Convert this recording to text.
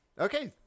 Okay